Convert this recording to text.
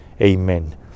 Amen